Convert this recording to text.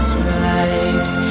Stripes